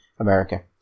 America